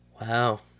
Wow